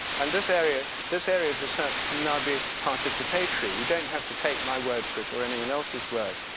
and this area this area of research can now be participatory you don't have to take my word for it or anyone else's word.